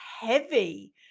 heavy